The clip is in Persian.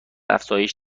افزایش